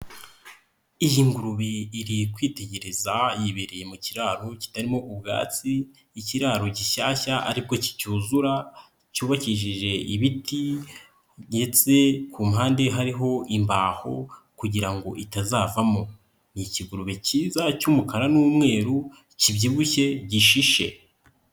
Iyi ngurube iri kwitegereza yibereye mu kiraro kitarimo ubwatsi, ikiraro gishyashya ariko kicyuzura cyubakishije ibiti ndetse ku mpande hariho imbaho kugira itazavamo, ni ikigurube cyiza cy'umukara n'umweru kibyibushye gishishe.